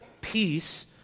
peace